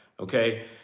Okay